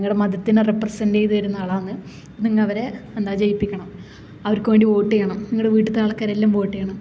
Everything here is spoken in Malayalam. നിങ്ങളുടെ മതത്തിനെ റെപ്രസന്റ് ചെയ്തു വരുന്ന ആളാണ് നിങ്ങൾ അവരെ എന്താ ജയിപ്പിക്കണം അവർക്ക് വേണ്ടി വോട്ടു ചെയ്യണം നിങ്ങളുടെ വീട്ടിലുള്ള ആള്ക്കാരെല്ലാം വോട്ടു ചെയ്യണം